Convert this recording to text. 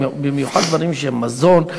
במיוחד בדברים שהם מזון,